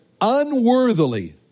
unworthily